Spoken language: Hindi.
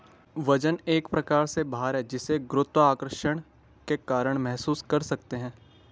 वजन एक प्रकार से भार है जिसे गुरुत्वाकर्षण के कारण महसूस कर सकते है